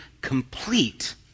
complete